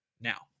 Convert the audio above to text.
now